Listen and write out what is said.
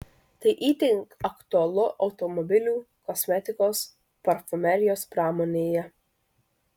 tai itin aktualu automobilių kosmetikos parfumerijos pramonėje